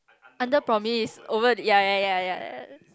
under promise over ya ya ya ya